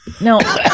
No